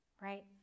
Right